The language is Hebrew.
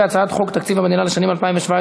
והצעת חוק תקציב המדינה לשנים 2017